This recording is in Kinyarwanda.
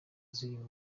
ziri